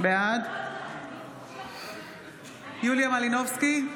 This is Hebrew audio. בעד יוליה מלינובסקי,